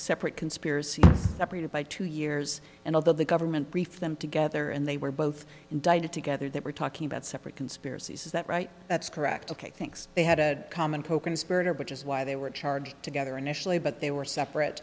separate conspiracies separated by two years and although the government brief them together and they were both indicted together they were talking about separate conspiracies is that right that's correct ok thinks they had a common coconspirator which is why they were charged together initially but they were separate